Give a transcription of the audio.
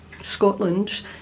Scotland